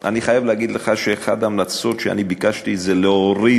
אני חייב להגיד לך שאחת ההמלצות שאני ביקשתי היא להוריד